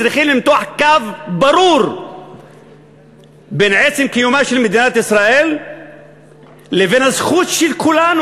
צריך למתוח קו ברור בין עצם קיומה של מדינת ישראל לבין הזכות של כולנו,